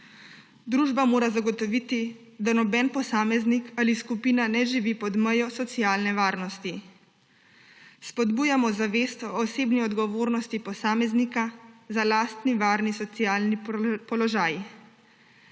Družba mora zagotoviti, da noben posameznik ali skupina ne živi pod mejo socialne varnosti. Spodbujamo zavest o osebni odgovornosti posameznika za lasten varen socialni položaj.